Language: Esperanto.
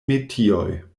metioj